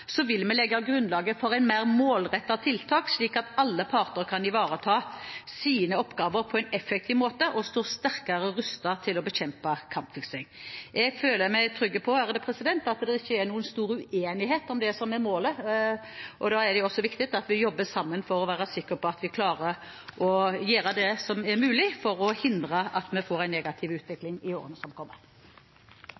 vil vi legge grunnlaget for mer målrettede tiltak, slik at alle parter kan ivareta sine oppgaver på en effektiv måte og stå sterkere rustet til å bekjempe kampfiksing. Jeg føler meg trygg på at det ikke er noen stor uenighet om det som er målet, og da er det også viktig at vi jobber sammen for å være sikre på at vi klarer å gjøre det som er mulig for å hindre at vi får en negativ utvikling i årene som kommer.